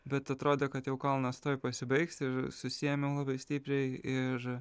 bet atrodė kad jau kalnas tuoj pasibaigs ir susiėmiau labai stipriai ir